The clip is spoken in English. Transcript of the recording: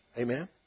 Amen